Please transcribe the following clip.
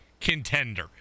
contender